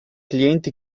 clienti